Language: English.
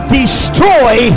destroy